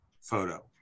photo